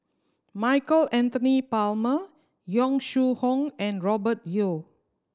Michael Anthony Palmer Yong Shu Hoong and Robert Yeo